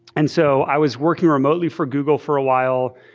and so i was working remotely for google for a while.